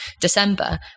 December